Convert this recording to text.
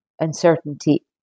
uncertainty